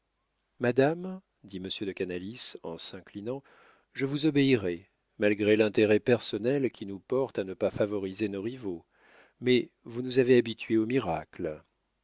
madame dit monsieur de canalis en s'inclinant je vous obéirai malgré l'intérêt personnel qui nous porte à ne pas favoriser nos rivaux mais vous nous avez habitués aux miracles